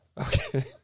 Okay